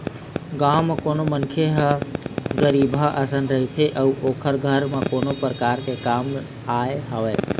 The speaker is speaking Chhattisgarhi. गाँव म कोनो मनखे ह गरीबहा असन रहिथे अउ ओखर घर म कोनो परकार ले काम आय हवय